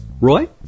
Roy